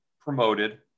promoted